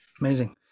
amazing